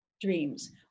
dreams